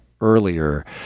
earlier